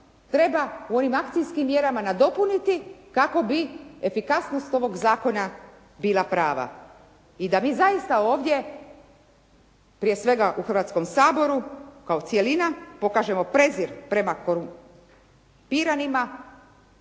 treba u ovim akcijskim mjerama nadopuniti kako bi efikasnost ovog zakona bila prava. I da mi zaista ovdje prije svega u Hrvatskom saboru kao cjelina, pokažemo prezir prema korumpiranima